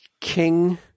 King